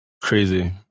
Crazy